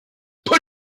peu